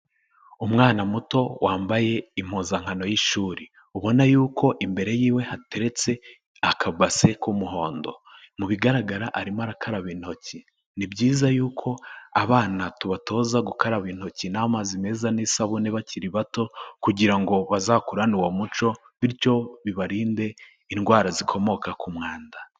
Umwana muto wambaye impuzankano y'ishuri, ubona y'uko imbere yiwe hateretse akabase k'umuhondo, mu bigaragara arimo arakaraba intoki, ni byiza y'uko abana tubatoza gukaraba intoki n'amazi meza n'isabune bakiri bato, kugira ngo bazakurane uwo muco, bityo bibarinde indwara zikomoka ku mwanda.